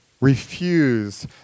refuse